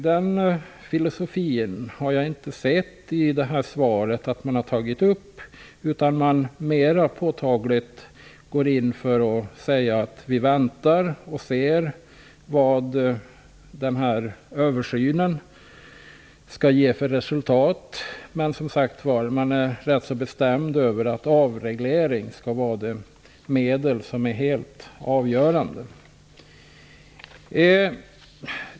Jag har inte sett den filosofin i svaret, utan man går mer påtagligt in för att vänta och se vad översynen skall ge för resultat. Men, som sagt var, är man ganska bestämd när det gäller att avreglering skall vara det helt avgörande medlet.